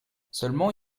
seulement